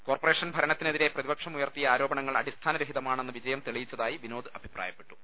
കോർപ്പ ration ഭരണത്തിനെതിരെ പ്രതിപക്ഷം ഉ്യർത്തിയ ആരോപണങ്ങൾ അടിസ്ഥാന രഹിതമാണെന്ന് വിജയ് തെളിയിച്ചതായി വിനോദ് അഭി പ്രായപ്പെട്ടു